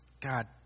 God